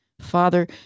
Father